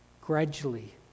gradually